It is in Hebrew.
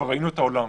כבר ראינו את העולם,